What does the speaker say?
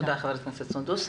תודה ח"כ סונדוס.